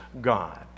God